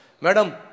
madam